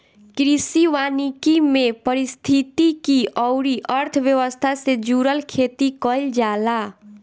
कृषि वानिकी में पारिस्थितिकी अउरी अर्थव्यवस्था से जुड़ल खेती कईल जाला